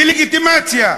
דה-לגיטימציה.